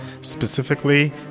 Specifically